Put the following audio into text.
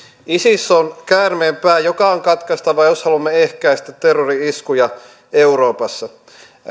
isis on käärmeen pää joka on katkaistava jos haluamme ehkäistä terrori iskuja euroopassa